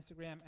instagram